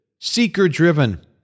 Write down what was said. Seeker-driven